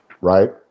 Right